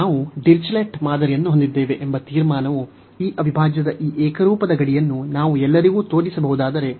ನಾವು ಡಿರಿಚ್ಲೆಟ್ ಮಾದರಿಯನ್ನು ಹೊಂದಿದ್ದೇವೆ ಎಂಬ ತೀರ್ಮಾನವು ಈ ಅವಿಭಾಜ್ಯದ ಈ ಏಕರೂಪದ ಗಡಿಯನ್ನು ನಾವು ಎಲ್ಲರಿಗೂ ತೋರಿಸಬಹುದಾದರೆ b a